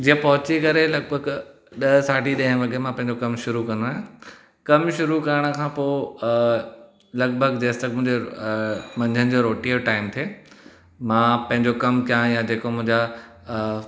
जीअं पहुची करे लॻिभॻ ॾह साढी ॾेह वॻे मां पंहिंजो कमु शुरू कंदो आयां कमु शुरू करण खां पोइ लॻिभॻ जेसि तक मुंहिजे मंझंदि जो रोटीअ जो टाइम थिए मां पंहिंजो कमु कयां या जेको मुंहिंजा